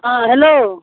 हँ हेलो